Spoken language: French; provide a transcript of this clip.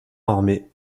armé